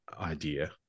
idea